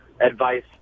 advice